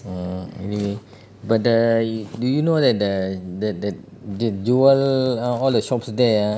err anyway but the do you know that the th~ th~ that jewel all the shops there ah